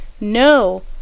No